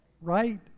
right